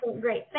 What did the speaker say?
Great